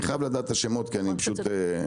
אני חייב לדעת את השמות כי אני חלש בתחום.